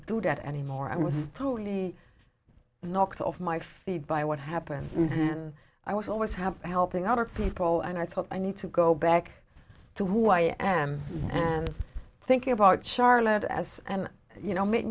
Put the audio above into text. do that anymore i was totally knocked off my feet by what happened and i was always have helping other people and i thought i need to go back to where i am and thinking about charlotte as and you know ma